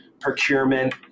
procurement